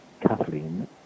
Kathleen